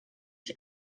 ich